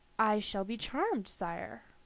i shall be charmed, sire.